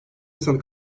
insanı